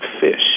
Fish